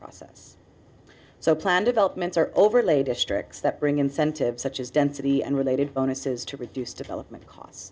process so plan developments are overlay districts that bring incentives such as density and related bonuses to reduce development costs